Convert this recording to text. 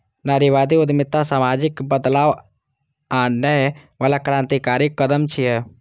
नारीवादी उद्यमिता सामाजिक बदलाव आनै बला क्रांतिकारी कदम छियै